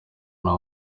nta